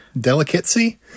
Delicacy